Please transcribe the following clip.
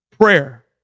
Prayer